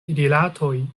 rilatoj